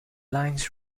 lines